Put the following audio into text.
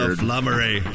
flummery